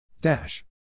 Dash